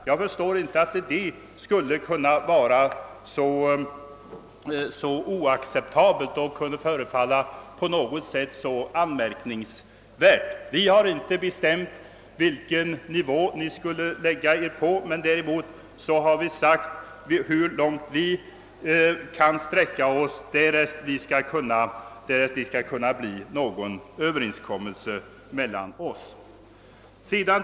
Jag kan inte förstå att det skulle vara så oacceptabelt eller att det kan anses anmärkningsvärt. Vi har inte bestämt vilken nivå mittenpartiernas bud skall ligga på, men vi har däremot sagt hur långt vi kan sträcka oss för att en överenskommelse skall komma till stånd.